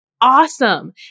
awesome